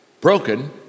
broken